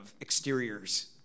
exteriors